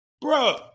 bro